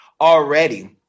already